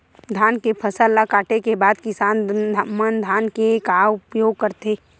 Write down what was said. धान के फसल ला काटे के बाद किसान मन धान के का उपयोग करथे?